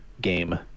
game